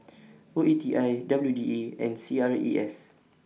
O E T I W D A and A C R E S